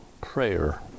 Prayer